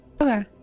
Okay